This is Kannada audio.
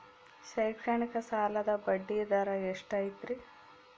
ಶೈಕ್ಷಣಿಕ ಸಾಲದ ಬಡ್ಡಿ ದರ ಎಷ್ಟು ಐತ್ರಿ?